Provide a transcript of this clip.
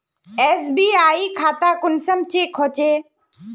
SBI खाता कुंसम check होचे?